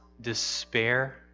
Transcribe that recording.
despair